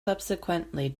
subsequently